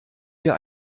wir